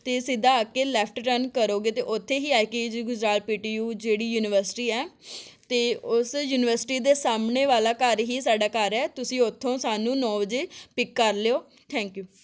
ਅਤੇ ਸਿੱਧਾ ਆਕੇ ਲੈਫਟ ਟਰਨ ਕਰੋਗੇ ਤਾਂ ਉੱਥੇ ਹੀ ਆਈ ਕੇ ਜੇ ਗੁਜਰਾਲ ਪੀ ਟੀ ਯੂ ਜਿਹੜੀ ਯੂਨੀਵਰਸਿਟੀ ਹੈ ਅਤੇ ਉਸ ਯੂਨੀਵਰਸਿਟੀ ਦੇ ਸਾਹਮਣੇ ਵਾਲਾ ਘਰ ਹੀ ਸਾਡਾ ਘਰ ਹੈ ਤੁਸੀਂ ਓਥੋਂ ਸਾਨੂੰ ਨੌ ਵਜੇ ਪਿਕ ਕਰ ਲਿਓ ਥੈਂਕ ਯੂ